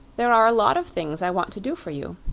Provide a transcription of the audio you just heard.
there are a lot of things i want to do for you.